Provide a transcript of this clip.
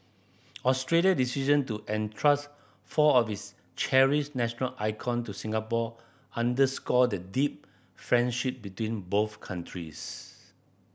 Australia's decision to entrust four of its cherished national icon to Singapore underscore the deep friendship between both countries